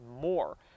more